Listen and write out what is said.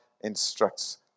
instructs